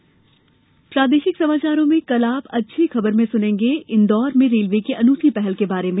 अच्छी खबर प्रादेशिक समाचारों में कल आप अच्छी खबर में सुनेंगे इंदौर में रेलवे की अनुठी पहल के बारे में